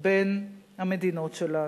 בין המדינות שלנו,